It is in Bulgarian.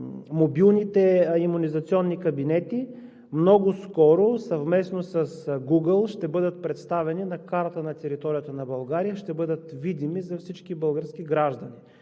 мобилните имунизационни кабинети, много скоро съвместно с Google ще бъдат представени на картата на територията на България и ще бъдат видими за всички български граждани.